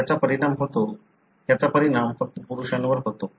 त्याचा परिणाम होतो त्याचा परिणाम फक्त पुरुषांवर होतो